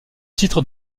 titre